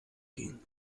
ging